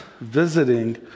visiting